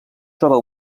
troba